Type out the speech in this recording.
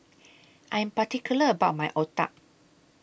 I Am particular about My Otah